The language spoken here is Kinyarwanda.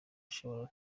ashobora